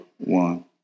one